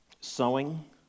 Sowing